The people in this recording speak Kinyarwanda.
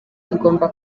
tugomba